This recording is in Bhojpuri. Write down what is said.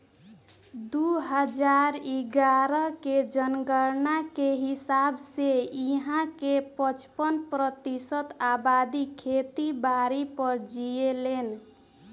दू हजार इग्यारह के जनगणना के हिसाब से इहां के पचपन प्रतिशत अबादी खेती बारी पर जीऐलेन